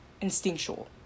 instinctual